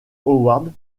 howard